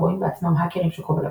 רואים בעצמם האקרים של כובע לבן,